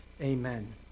Amen